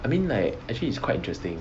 I mean like actually is quite interesting